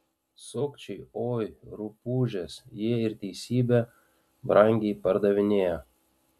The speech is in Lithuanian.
sukčiai oi rupūžės jie ir teisybę brangiai pardavinėja